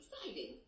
exciting